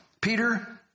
Peter